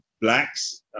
Blacks